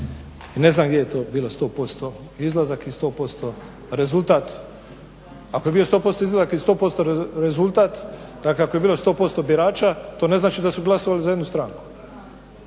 ne znam gdje je to bilo 100% izlazak i 100% rezultat. Ako je bio 100% izlazak i 100% rezultat, dakle ako je bilo 100% birača to ne znači da su glasovali za jednu stranku.